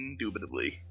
Indubitably